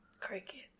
Crickets